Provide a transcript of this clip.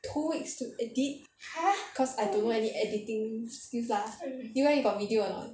two weeks to edit cause I don't know any editing skills lah you leh you got video or not